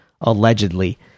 allegedly